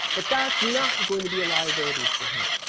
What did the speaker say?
but that's not going to be a liability for him.